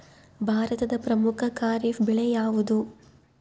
ಭಾರತದ ಪ್ರಮುಖ ಖಾರೇಫ್ ಬೆಳೆ ಯಾವುದು?